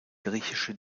griechische